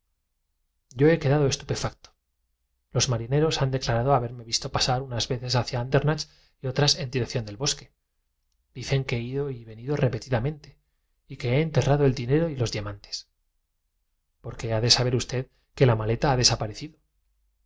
yo he quedado estupefacto los marineros han declarado ha i berme visto pasar unas veces hacia andernach y otras en dirección del bosque dicen que he ido y venido repetidamente y que he ente rrado el dinero y los diamantes porque ha de saber usted que la ma leta ha desaparecido